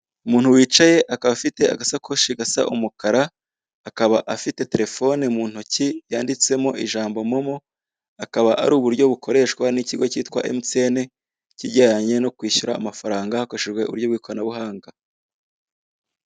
Umuntu wicaye akaba afite agasakoshi gasa umukara, akaba afite terefone mu ntoki yanditsemo ijambi momo, akaba ari uburyo bukoreshwa n'ikigo kitwa emutiyene kijyanye no kwishyura amafaranga hakoreshejwe uburyo bw'ikoranabuhanga.